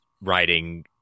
writing